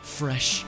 fresh